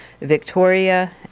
Victoria